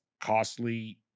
costly